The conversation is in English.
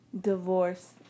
divorce